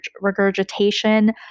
regurgitation